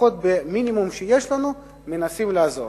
לפחות במינימום שיש לנו, מנסים לעזור.